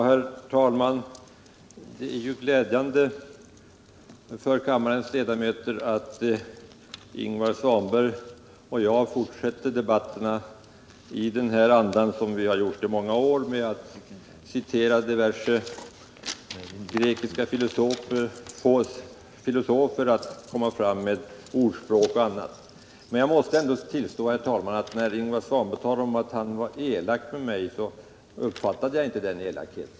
Herr talman! Det är väl glädjande för kammarens ledamöter att Ingvar Svanberg och jag fortsätter debatten på det sätt som vi gjort i många år — alltså citerar diverse grekiska filasofer samt använder ordspråk o. d. Men jag måste ändå tillstå, herr talman, att när Ingvar Svanberg talade om att han var elak mot mig, så uppfattade jag inte någon sådan elakhet.